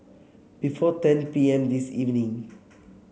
before ten P M this evening